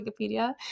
wikipedia